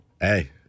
Hey